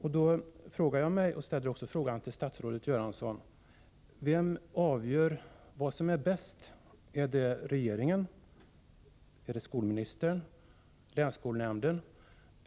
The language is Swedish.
Jag frågar mig, och ställer också frågan till statsrådet Göransson: Vem avgör vad som är bäst — är det regeringen, är det skolministern eller är det länsskolnämnden?